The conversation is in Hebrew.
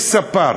יש ספָּר.